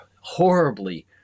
horribly